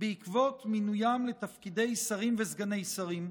בעקבות מינוים לתפקידי שרים וסגני שרים,